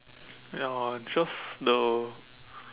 ya just the